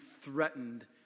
threatened